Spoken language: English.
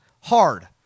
hard